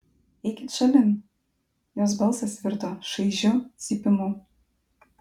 eikit šalin jos balsas virto šaižiu cypimu